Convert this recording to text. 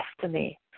destiny